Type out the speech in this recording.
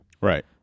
right